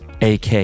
AK